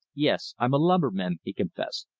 yes, i'm a lumberman, he confessed,